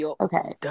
Okay